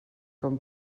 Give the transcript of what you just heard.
com